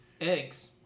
eggs